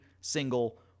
single